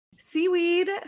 Seaweed